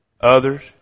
others